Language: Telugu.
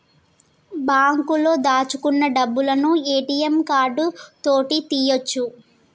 బాంకులో దాచుకున్న డబ్బులను ఏ.టి.యం కార్డు తోటి తీయ్యొచు